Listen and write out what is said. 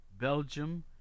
Belgium